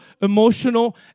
emotional